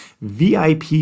VIP